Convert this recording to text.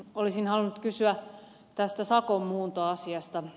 olisin halunnut kysyä tästä sakonmuuntoasiasta